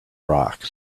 rocks